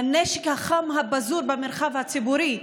על הנשק החם הפזור במרחב הציבורי,